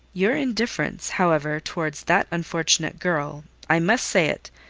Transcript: your indifference, however, towards that unfortunate girl i must say it,